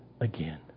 again